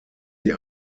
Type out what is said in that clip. die